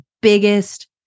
biggest